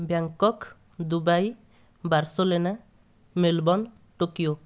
Bangkok Dubai Barcelona Melbourne Tokyo